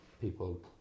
people